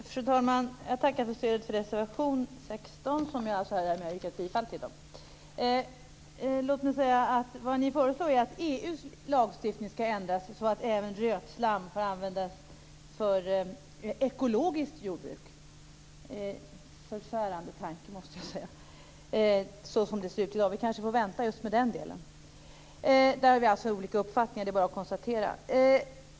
Fru talman! Jag tackar för stödet till reservation 16, som jag alltså har yrkat bifall till. Det ni föreslår är att EU:s lagstiftning skall ändras så att rötslam även får användas för ekologiskt jordbruk. En förfärande tanke, måste jag säga, som det ser ut i dag. Vi kanske får vänta med just den delen. Där har vi olika uppfattning. Det är bara att konstatera.